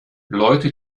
leute